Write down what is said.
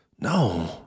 No